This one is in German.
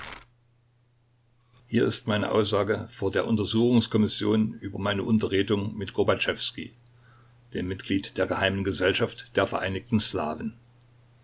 hier ist meine aussage vor der untersuchungskommission über meine unterredung mit gorbatschewskij dem mitglied der geheimen gesellschaft der vereinigten